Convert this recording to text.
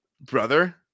brother